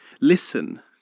Listen